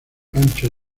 ancho